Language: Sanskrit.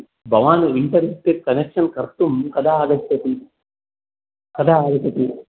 भवान् इन्टेर्नेट् कनेक्षन् कर्तुं कदा आगच्छति कदा आगच्छति